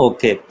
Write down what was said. Okay